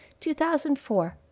2004